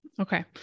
Okay